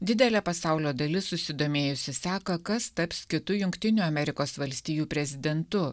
didelė pasaulio dalis susidomėjusi seka kas taps kitu jungtinių amerikos valstijų prezidentu